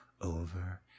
over